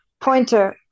Pointer